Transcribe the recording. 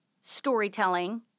storytelling